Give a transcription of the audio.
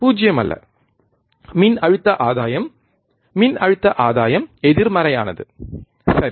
0 அல்ல மின்னழுத்த ஆதாயம் மின்னழுத்த ஆதாயம் எதிர்மறையானது சரி